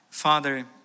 Father